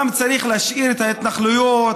גם צריך להשאיר את ההתנחלויות,